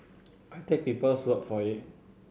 I take people's words for it